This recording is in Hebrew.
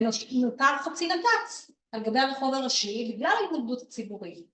ונתן חצי נתץ על גבי הרחוב הראשי בגלל ההתנגדות הציבורית